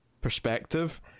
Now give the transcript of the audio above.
perspective